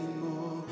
anymore